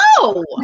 No